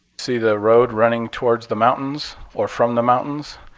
see the road running towards the mountains or from the mountains?